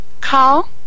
call